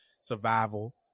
survival